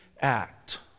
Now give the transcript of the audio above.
act